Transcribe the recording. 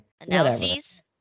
Analyses